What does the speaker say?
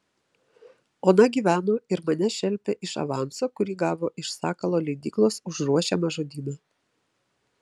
ona gyveno ir mane šelpė iš avanso kurį gavo iš sakalo leidyklos už ruošiamą žodyną